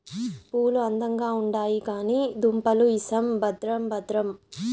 పూలు అందంగా ఉండాయి కానీ దుంపలు ఇసం భద్రం భద్రం